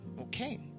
okay